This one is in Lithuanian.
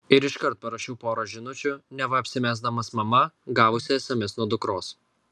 ir iškart parašiau porą žinučių neva apsimesdamas mama gavusia sms nuo dukros